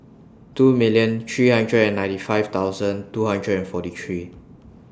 two millions three hundred and ninety five thousands two hundred and forty three